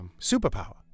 superpower